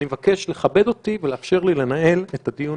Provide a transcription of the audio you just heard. אני מבקש לכבד אותי ולאפשר לי לנהל את הדיון